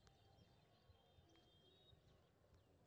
कम समय मे भेड़ के वजन तेजी सं बढ़ि जाइ छै